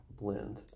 blend